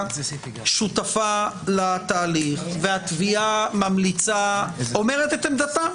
שותפה לתהליך והתביעה אומרת את עמדתה,